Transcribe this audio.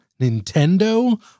Nintendo